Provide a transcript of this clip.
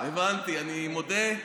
הבנתי, אני מודה.